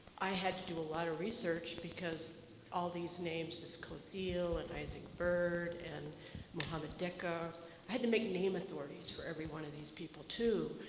i had to do a lot of research because all these names, this cothiel and isaac byrd and mohammed decker i had to make name authorities for every one of these people too.